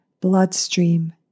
bloodstream